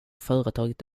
företaget